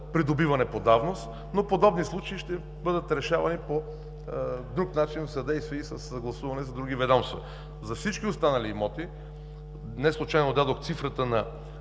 придобиване по давност. Подобни случаи ще бъдат решавани по друг начин в съдействие и със съгласуване с други ведомства. За всички останали имоти, не случайно дадох цифрата на